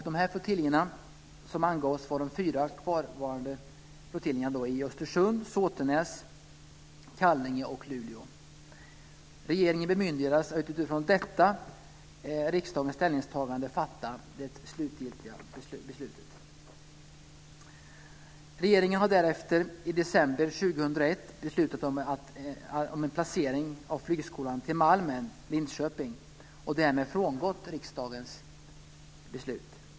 De här flottiljerna, som angavs vara de fyra kvarvarande, var flottiljerna i Östersund, Såtenäs, Kallinge och Luleå. Regeringen bemyndigades att utifrån detta riksdagens ställningstagande fatta det slutgiltiga beslutet. Regeringen har därefter i december 2001 beslutat om en placering av flygskolan till Malmen, Linköping, och därmed frångått riksdagens beslut.